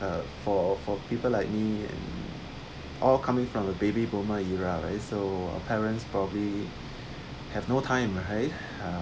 uh for for people like me and all coming from a baby boomer era right so our parents probably have no time right uh